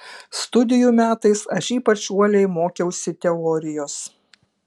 studijų metais aš ypač uoliai mokiausi teorijos